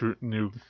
new